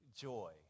joy